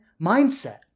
mindset